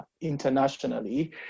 internationally